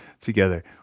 together